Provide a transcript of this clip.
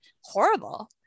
horrible